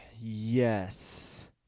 yes